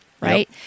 right